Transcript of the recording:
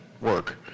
work